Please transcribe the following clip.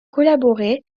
collaboré